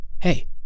Hey